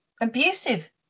abusive